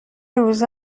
روزه